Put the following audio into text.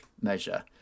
measure